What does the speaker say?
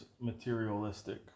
materialistic